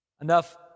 enough